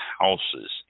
houses